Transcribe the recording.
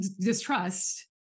distrust